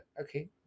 Okay